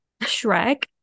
Shrek